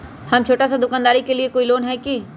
हम छोटा सा दुकानदारी के लिए कोई लोन है कि?